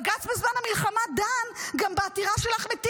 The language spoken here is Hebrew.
בג"ץ בזמן המלחמה דן גם בעתירה של אחמד טיבי,